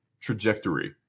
trajectory